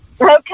Okay